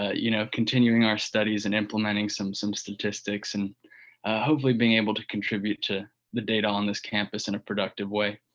ah you know, continuing our studies and implementing some some statistics and hopefully being able to contribute to the data on this campus in a productive way.